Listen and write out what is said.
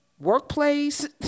workplace